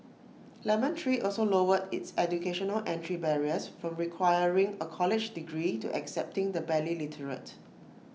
lemon tree also lowered its educational entry barriers from requiring A college degree to accepting the barely literate